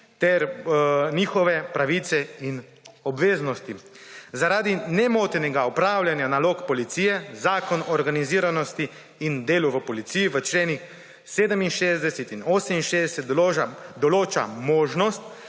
ter njihove pravice in obveznosti. Zaradi nemotenega opravljanja nalog policije Zakon o organiziranosti in delu v policiji v členih 67 in 68 določa možnost